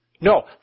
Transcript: No